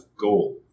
gold